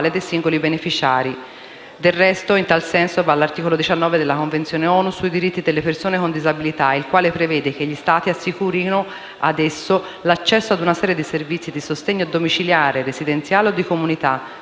dei singoli beneficiari. Del resto, in tal senso va l'articolo 19 della Convenzione ONU sui diritti delle persone con disabilità, il quale prevede che gli Stati assicurino ad esse l'accesso ad una serie di servizi di sostegno domiciliare, residenziale o di comunità,